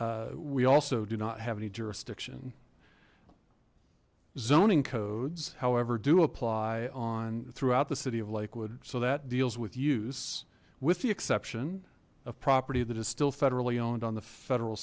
we also do not have any jurisdiction zoning codes however do apply on throughout the city of lakewood so that deals with use with the exception of property that is still federally owned on the federal